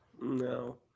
No